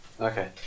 Okay